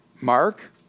Mark